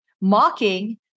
Mocking